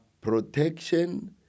protection